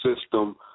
system